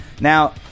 Now